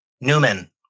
Newman